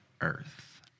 earth